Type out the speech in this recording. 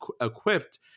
equipped